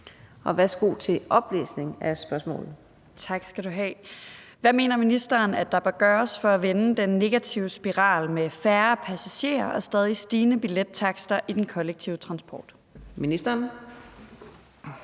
Værsgo til oplæsning af spørgsmålet. Kl. 15:11 Sofie Lippert (SF): Tak skal du have. Hvad mener ministeren at der bør gøres for at vende den negative spiral med færre passagerer og stadig stigende billettakster i den kollektive transport? Kl.